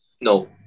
No